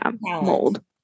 mold